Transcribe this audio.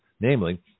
namely